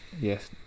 Yes